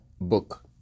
book